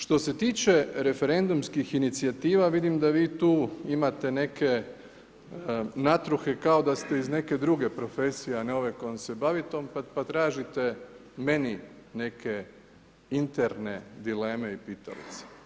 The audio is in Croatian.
Što se tiče referendumskih inicijativa, vidim da vi tu imate neke natruhe kao da ste iz neke druge profesije, a ne ove kojom se bavite pa tražite meni neke interne dileme i pitalice.